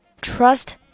trust